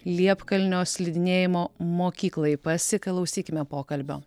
liepkalnio slidinėjimo mokyklai pasiklausykime pokalbio